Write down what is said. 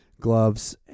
gloves